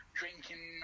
drinking